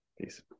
Peace